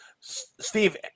Steve